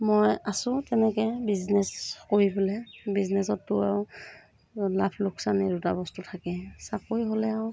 মই আছোঁ তেনেকৈ বিজনেচ কৰি পেলাই বিজনেচতটো আৰু লাভ লোকচান এই দুটা বস্তু থাকেই চাকৰি হ'লে আৰু